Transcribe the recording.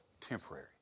temporary